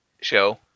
show